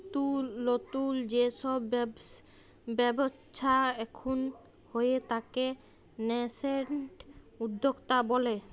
লতুল যে সব ব্যবচ্ছা এখুন হয়ে তাকে ন্যাসেন্ট উদ্যক্তা ব্যলে